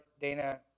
Dana